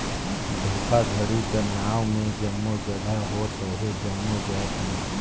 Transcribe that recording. धोखाघड़ी कर नांव में जम्मो जगहा होत अहे जम्मो जाएत में